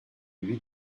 lui